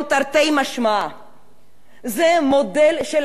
זה המודל של התקשורת שמנסים להשתיק